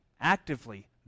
actively